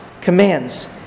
commands